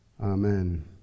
Amen